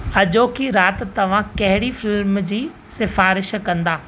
अॼोकी राति तव्हां कहिड़ी फ़िल्म जी सिफ़ारिश कंदा